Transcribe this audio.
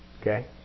Okay